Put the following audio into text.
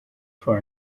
for